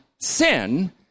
sin